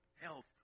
health